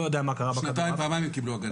לא יודע מה קרה בכדורעף הוא לא יקבל השנה.